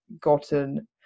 gotten